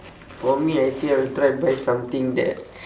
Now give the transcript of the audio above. for me I think I try buy something that